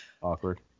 Awkward